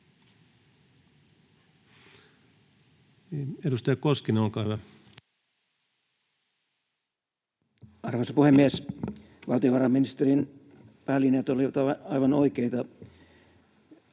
Edustaja Koskinen, olkaa hyvä. Arvoisa puhemies! Valtiovarainministerin välineet olivat aivan oikeita.